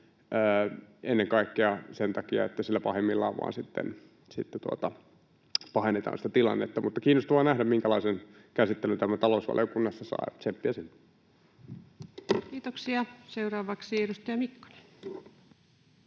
ennen kaikkea sen takia, että sillä pahimmillaan vain sitten pahennetaan sitä tilannetta. Mutta kiinnostavaa nähdä, minkälaisen käsittelyn tämä talousvaliokunnassa saa — tsemppiä sinne. Kiitoksia. — Seuraavaksi edustaja Mikkonen.